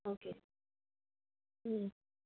okay